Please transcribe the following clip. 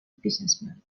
businessman